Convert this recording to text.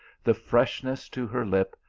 the f reshness to her lip,